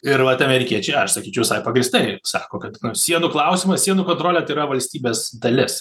ir vat amerikiečiai aš sakyčiau visai pagrįstai sako kad nu sienų klausimas sienų kontrolė tai yra valstybės dalis